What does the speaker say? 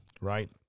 Right